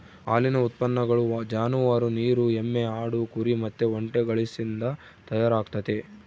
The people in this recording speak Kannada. ಹಾಲಿನ ಉತ್ಪನ್ನಗಳು ಜಾನುವಾರು, ನೀರು ಎಮ್ಮೆ, ಆಡು, ಕುರಿ ಮತ್ತೆ ಒಂಟೆಗಳಿಸಿಂದ ತಯಾರಾಗ್ತತೆ